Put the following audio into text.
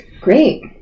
Great